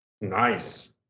Nice